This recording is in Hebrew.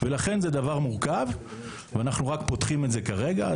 לכן זה דבר מורכב ואנחנו רק פותחים את זה כרגע.